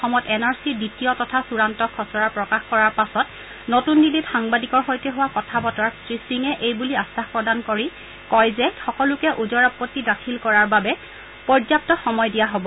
অসমত N R C দ্বিতীয় তথা চূড়ান্ত খচৰা প্ৰকাশ কৰাৰ পাছত নতুন দিল্লীত সাংবাদিকৰ সৈতে হোৱা কথা বতৰাত শ্ৰীসিঙে এইবুলি আখাস প্ৰদান কৰে যে সকলোকে ওজৰ আপতি দাখিল কৰাৰ বাবে পৰ্য্যাপ্ত সময় দিয়া হব